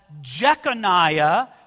Jeconiah